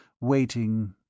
waiting